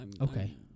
Okay